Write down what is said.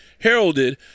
heralded